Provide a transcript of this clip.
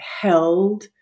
held